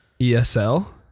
ESL